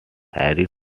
harriet